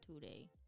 today